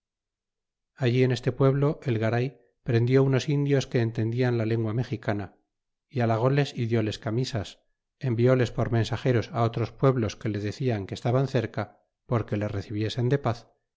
allí en este pueblo el garay prendió unos indios que entendían la lengua mexicana y halagles y dióles camisas envióles por mensageros á otros pueblos que le decian que estaban cerca porque le recibiesen de paz